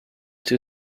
two